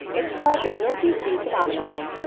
it's called the milky sea phenomenon.